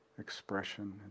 expression